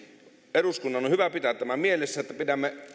eduskunnan on hyvä pitää tämä mielessä että pidämme